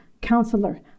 Counselor